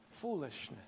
foolishness